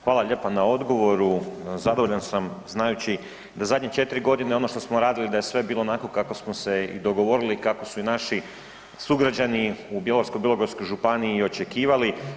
Hvala vam lijepa na odgovoru, zadovoljan sam znajući da zadnje 4.g. ono što smo radili da je sve bilo onako kako smo se i dogovorili, kako su i naši sugrađani u Bjelovarsko-bilogorskoj županiji i očekivali.